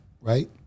right